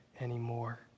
anymore